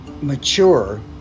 mature